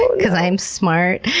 because i am smart.